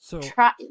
Try